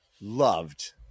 loved